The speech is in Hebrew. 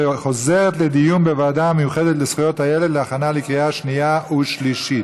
וחוזרת לדיון בוועדה המיוחדת לזכויות הילד להכנה לקריאה שנייה ושלישית.